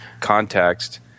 context